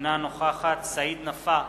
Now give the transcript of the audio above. אינה נוכחת סעיד נפאע,